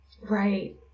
Right